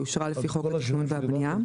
שאושרה לפי חוק התכנון והבנייה,